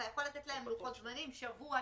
אתה יכול לתת לוחות זמנים שבוע,